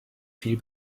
viel